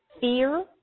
fear